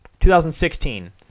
2016